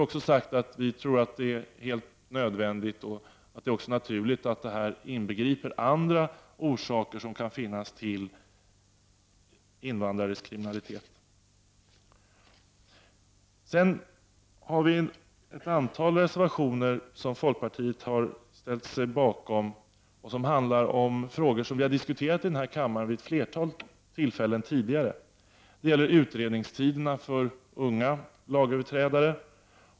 Även andra saker kan naturligtvis bidra till invandrares kriminalitet. Ett antal reservationer som folkpartiet har ställt sig bakom handlar om sådant som vi i denna kammare har diskuterat vid ett flertal tillfällen. Det gäller t.ex. utredningstiderna för brott begångna av unga lagöverträdare.